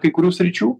kai kurių sričių